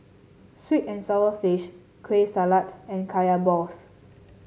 sweet and sour fish Kueh Salat and Kaya Balls